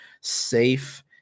safe